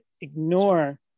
ignore